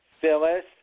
Phyllis